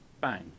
bang